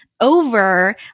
over